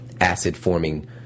acid-forming